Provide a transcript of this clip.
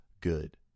good